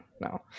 no